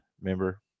Remember